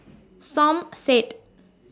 Som Said